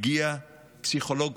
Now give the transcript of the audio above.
מגיע פסיכולוג